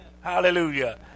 Hallelujah